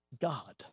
God